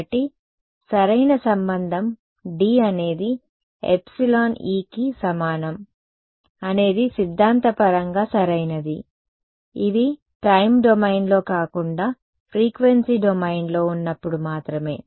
కాబట్టి సరైన సంబంధం D అనేది ఎప్సిలాన్ E కి సమానం అనేది సిద్ధాంతపరంగా సరైనది ఇవి టైమ్ డొమైన్లో కాకుండా ఫ్రీక్వెన్సీ డొమైన్లో ఉన్నప్పుడు మాత్రమే